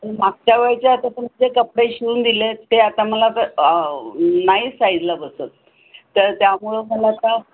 मागच्या वेळेच्या आता तुम्ही जे कपडे शिवून दिलेत ते आता मला नाही साईजला बसत तर त्यामुळं मला आता